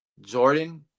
Jordan